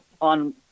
on